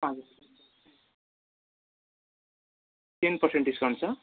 हजुर ten percent discount छ